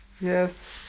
Yes